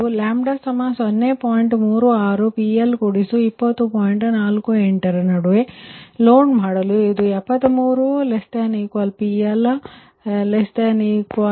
48 ರ ನಡುವೆ ಲೋಡ್ ಮಾಡಲು ಇದು 73≤PL≤295 ರ ನಡುವೆ λ 0